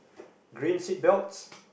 green seatbelts